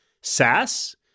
SaaS